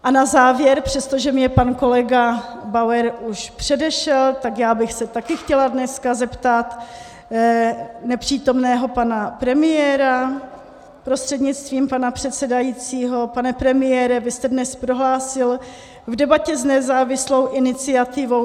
A na závěr, přestože mě pan kolega Bauer už předešel, tak já bych se také chtěla dnes zeptat nepřítomného pana premiéra prostřednictvím pana předsedajícího: Pane premiére, vy jste prohlásil v debatě s nezávislou iniciativou